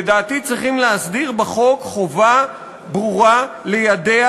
לדעתי צריכים להסדיר בחוק חובה ברורה ליידע